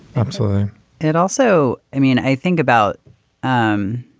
absolutely it also i mean, i think about um